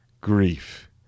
Grief